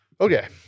Okay